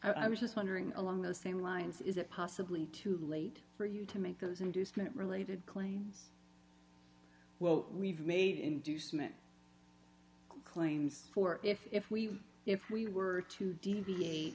e i was just wondering along those same lines is it possibly too late for you to make those inducement related claims well we've made inducement claims for if if we if we were to deviate